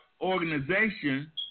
organization